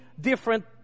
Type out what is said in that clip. different